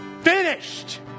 finished